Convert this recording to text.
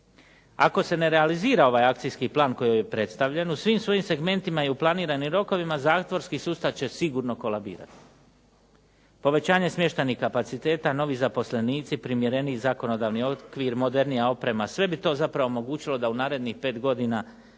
Ako se ne realizira ovaj akcijski plan koji je predstavljen u svim svojim segmentima i u planiranim rokovima, zatvorski sustav će sigurno kolabirati. Povećanje smještajnih kapaciteta, novi zaposlenici, primjereniji zakonodavni okvir, modernija oprema. Sve bi to zapravo omogućilo da u narednih pet godina